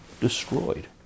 destroyed